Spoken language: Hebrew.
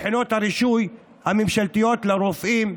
לבחינות הרישוי הממשלתית לרופאים,